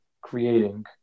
creating